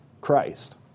Christ